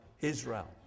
Israel